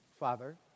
Father